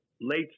late